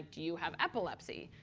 do you have epilepsy,